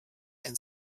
and